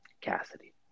Cassidy